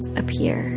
appear